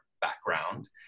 background